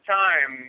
time